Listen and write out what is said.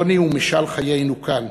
יוני הוא משל חיינו כאן,